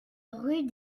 rue